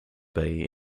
bay